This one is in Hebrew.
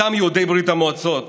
אותם יהודי ברית המועצות